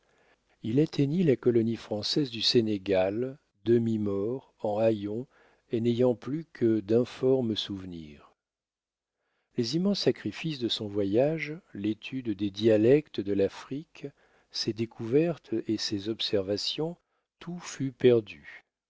il atteignit la colonie française du sénégal demi-mort en haillons et n'ayant plus que d'informes souvenirs les immenses sacrifices de son voyage l'étude des dialectes de l'afrique ses découvertes et ses observations tout fut perdu